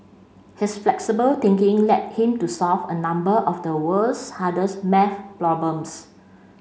his flexible thinking led him to solve a number of the world's hardest maths problems